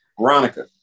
Veronica